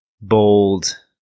bold